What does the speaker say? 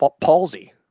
palsy